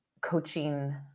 coaching